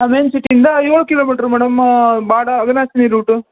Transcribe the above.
ಹಾಂ ಮೇನ್ ಸಿಟಿಯಿಂದ ಏಳು kilometre madam Bada Aghanashini route